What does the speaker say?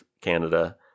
Canada